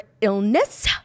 illness